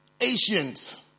Asians